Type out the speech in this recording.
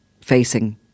facing